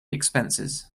expenses